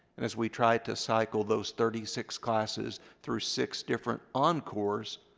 and as we try to cycle those thirty six classes through six different encores,